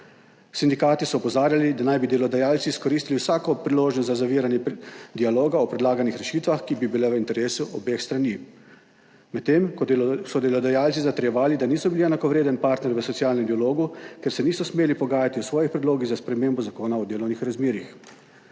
Sindikati so opozarjali, da naj bi delodajalci izkoristili vsako priložnost za zaviranje dialoga o predlaganih rešitvah, ki bi bile v interesu obeh strani, medtem ko so delodajalci zatrjevali, da niso bili enakovreden partner v socialnem dialogu, ker se niso smeli pogajati o svojih predlogih za spremembo Zakona o delovnih razmerjih.